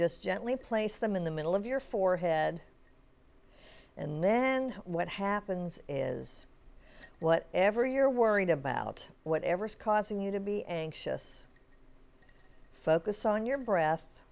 just gently place them in the middle of your forehead and then what happens is what ever you're worried about whatever's causing you to be anxious focus on your breast